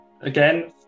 again